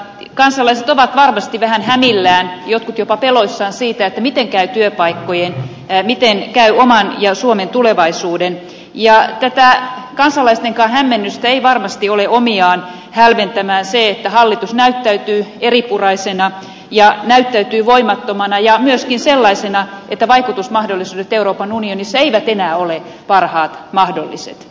kansalaiset ovat varmasti vähän hämillään jotkut jopa peloissaan siitä miten käy työpaikkojen miten käy oman ja suomen tulevaisuuden ja tätä kansalaistenkaan hämmennystä ei varmasti ole omiaan hälventämään se että hallitus näyttäytyy eripuraisena ja näyttäytyy voimattomana ja myöskin sellaisena että vaikutusmahdollisuudet euroopan unionissa eivät enää ole parhaat mahdolliset